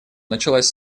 началась